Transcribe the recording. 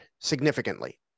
significantly